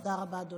תודה רבה.